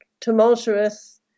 tumultuous